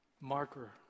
marker